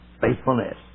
Faithfulness